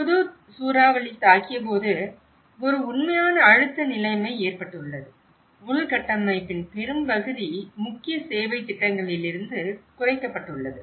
Hudhud சூறாவளி தாக்கியபோது ஒரு உண்மையான அழுத்த நிலைமை ஏற்பட்டுள்ளது உள்கட்டமைப்பின் பெரும்பகுதி முக்கிய சேவைத் திட்டங்களிலிருந்து குறைக்கப்பட்டுள்ளது